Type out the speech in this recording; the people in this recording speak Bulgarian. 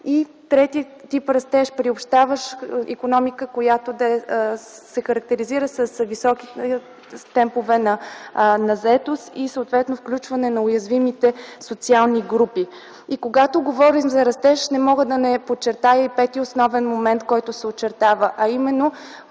и трети тип растеж - приобщаваща икономика, която да се характеризира с високи темпове на заетост и съответно включване на уязвимите социални групи. Когато говорим за растеж, не мога да не подчертая и петия основен момент, който се очертава, а именно –